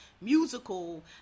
musical